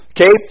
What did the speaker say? Okay